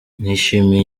nishimiye